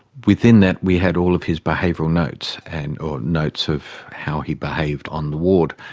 within that we had all of his behavioural notes and or notes of how he behaved on the ward,